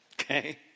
Okay